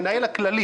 המנהל הכללי.